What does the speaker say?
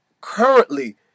currently